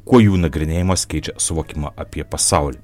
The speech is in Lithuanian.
kuo jų nagrinėjimas keičia suvokimą apie pasaulį